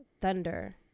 thunder